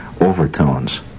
overtones